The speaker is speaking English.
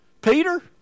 Peter